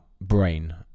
brain